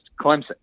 Clemson